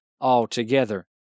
altogether